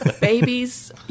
babies